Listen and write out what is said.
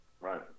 Right